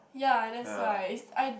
yeah that's why it's I